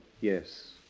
Yes